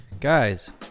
Guys